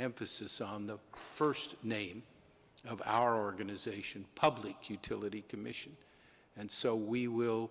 emphasis on the first name of our organisation public utility commission and so we will